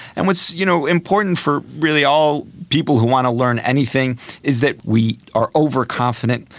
and what's you know important for really all people who want to learn anything is that we are overconfident,